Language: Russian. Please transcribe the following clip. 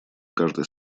каждой